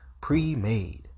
pre-made